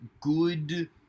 good